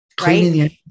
Right